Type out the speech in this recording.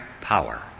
power